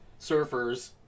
surfers